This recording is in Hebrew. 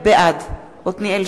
בעד רבותי,